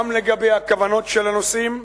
גם לגבי הכוונות של הנוסעים,